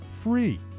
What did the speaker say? free